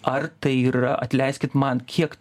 ar tai yra atleiskit man kiek